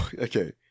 Okay